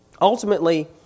Ultimately